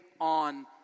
on